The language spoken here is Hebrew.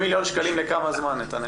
70מליון שקלים לכמה זמן?